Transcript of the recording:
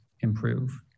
improve